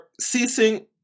ceasing